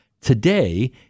today